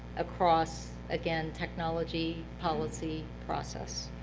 across, again, technology, policy, process.